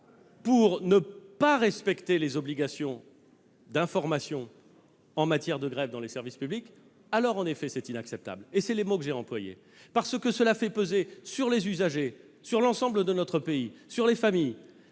pour ne pas respecter les obligations d'information en matière de grève dans les services publics, alors c'est en effet inacceptable- ce sont les mots que j'ai employés -, parce que cela fait peser sur les usagers, sur les familles, sur l'ensemble